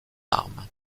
armes